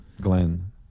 Glenn